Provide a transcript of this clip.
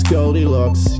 Goldilocks